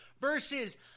versus